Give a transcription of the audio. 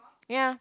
ya